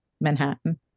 Manhattan